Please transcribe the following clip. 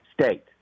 state